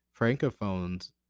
francophones